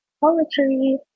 poetry